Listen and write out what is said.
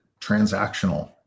transactional